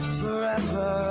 forever